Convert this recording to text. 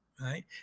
right